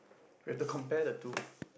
we have to compare the two